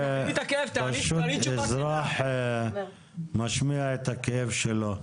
זה אזרח שמשמיע את הכאב שלו.